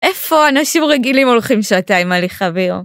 איפה אנשים רגילים הולכים שעתיים הליכה ביום ?